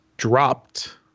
dropped